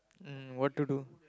mm what to do